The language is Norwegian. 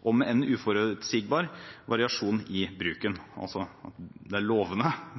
det kan være uforutsigbart. Når det er sagt, er jeg enig i at det er viktig å følge med på utviklingen i Ny-Ålesund. En god og